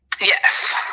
Yes